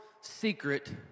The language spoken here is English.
secret